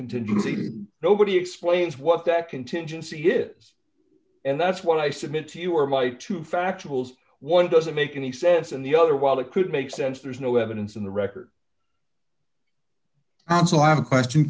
contingency nobody explains what that contingency is and that's what i submit to you are my two factual one doesn't make any sense and the other while it could make sense there is no evidence in the record and so i have a question